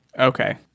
Okay